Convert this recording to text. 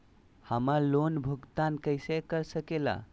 हम्मर लोन भुगतान कैसे कर सके ला?